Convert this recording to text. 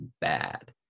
bad